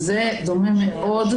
וזה דומה מאוד,